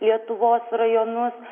lietuvos rajonus